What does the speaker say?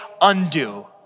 undo